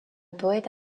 poète